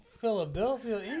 Philadelphia